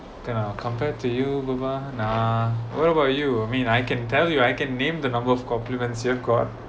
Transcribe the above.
cannot compare to you bu~ nah what about you mean I can tell you I can name the number of compliments you've got